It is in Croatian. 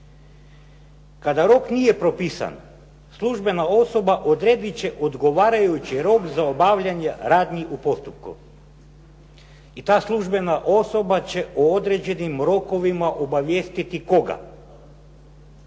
Kada rok nije propisan službena osoba odredit će odgovarajući rok za obavljanje radnih u postupku. I ta službena osoba će o određenim rokovima obavijestiti koga?